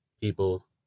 people